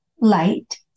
light